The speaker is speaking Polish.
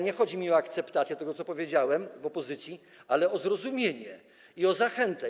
Nie chodzi mi o akceptację tego, co powiedziałem w opozycji, ale o zrozumienie i o zachętę.